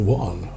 one